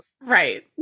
Right